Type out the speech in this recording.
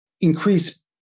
increase